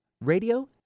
radio